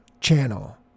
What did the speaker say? channel